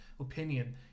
Opinion